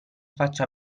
faccia